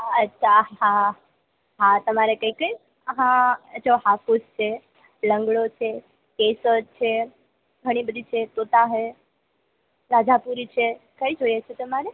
હા અચ્છા હા હા તમારે કંઈ કંઈ હા જો આફૂસ છે લંગડો છે કેસર છે ઘણી બધી છે જો તોતા છે રાજા પૂરી છે કંઈ જોઈએ છે તમારે